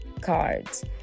Cards